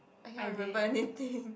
I cannot remember anything